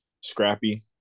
scrappy